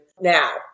now